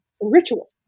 ritual